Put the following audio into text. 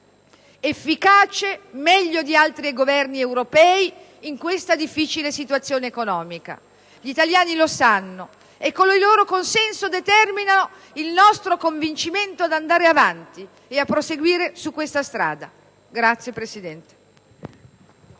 efficace più di altri Governi europei in questa difficile situazione economica. Gli italiani lo sanno, e con il loro consenso determinano il nostro convincimento ad andare avanti e a proseguire su questa strada. *(Applausi